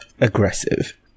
aggressive